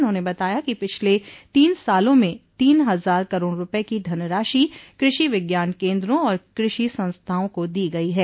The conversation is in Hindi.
उन्होंने बताया कि पिछले तीन सालों में तीन हजार करोड़ रूपये की धनराशि कृषि विज्ञान केन्द्रों और कृषि संस्थाओं को दी गई है